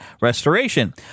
restoration